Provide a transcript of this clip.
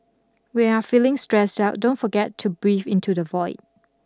when you are feeling stressed out don't forget to breathe into the void